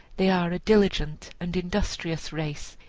they are a diligent and industrious race,